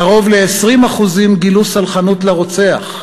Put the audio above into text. קרוב ל-20% גילו סלחנות לרוצח,